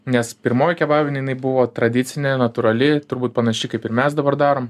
nes pirmoji kebabinė jinai buvo tradicinė natūrali turbūt panaši kaip ir mes dabar darom